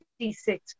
56